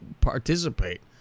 participate